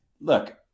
look